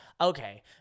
Okay